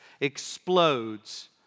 explodes